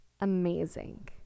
amazing